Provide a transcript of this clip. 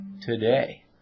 today